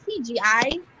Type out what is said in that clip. CGI